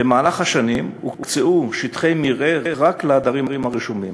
במהלך השנים הוקצו שטחי מרעה רק לעדרים הרשומים.